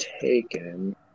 taken